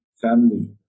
family